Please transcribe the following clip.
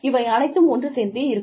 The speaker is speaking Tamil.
இவை அனைத்தும் ஒன்று சேர்ந்திருக்கும்